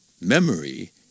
Memory